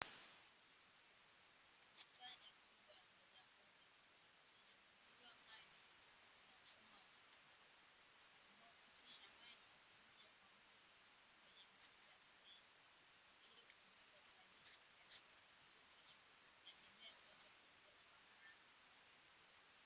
Bustani kubwa ya mbogamboga inayomwagiliwa maji kwa njia ya matone.